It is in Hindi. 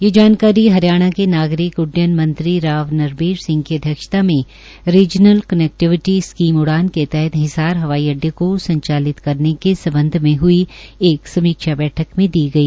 यह जानकारी हरियाणा के नागरिक उड्डयन मंत्री राव नरबीर सिंह की अध्यक्षता में रीजनल कनेक्टिविटी स्कीम उड़ान के तहत हिसार हवाई अड्डे को संचालित करने के सम्बन्ध में हई एक समीक्षा बैठक में दी गई